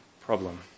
problem